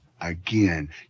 again